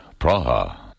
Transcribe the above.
Praha